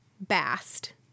Bast